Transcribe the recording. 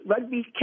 Rugby